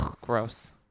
gross